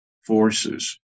forces